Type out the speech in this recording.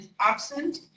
absent